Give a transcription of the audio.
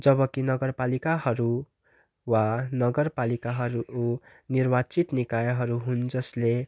जब कि नगरपालिकाहरू वा नगरपालिकाहरू निर्वाचित निकायहरू हुन् जसले